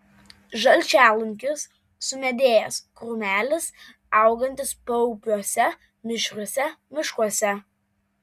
žalčialunkis sumedėjęs krūmelis augantis paupiuose mišriuose miškuose